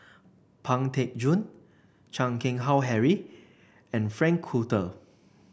Pang Teck Joon Chan Keng Howe Harry and Frank Cloutier